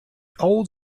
old